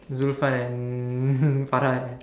Zulfan and Farah eh